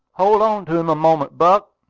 hold on to him a moment, buck!